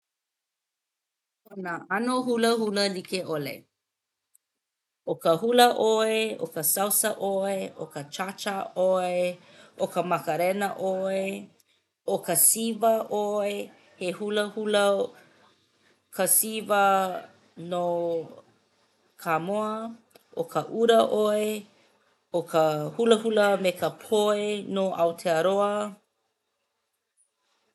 ʻO nā ʻano hulahula like ʻole. ʻO ka hula ʻoe, ʻo ka salsa ʻoe, ʻo ka chacha ʻoe, ʻo ka macarena ʻoe, ʻo ka siva ʻoe. He hulahula ka siva no Kāmoa. ʻO ka ura ʻoe, ʻo ka hulahula me ka poi no ʻAotearoa.